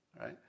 right